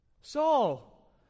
Saul